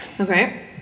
Okay